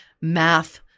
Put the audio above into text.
math